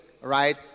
right